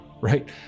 right